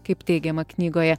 kaip teigiama knygoje